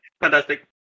fantastic